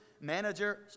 manager